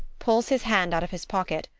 pulls his hand out of his pocket,